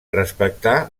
respectar